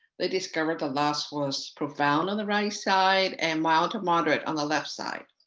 they discovered the loss was profound on the right side and mild to moderate on the left side.